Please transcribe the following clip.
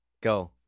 Go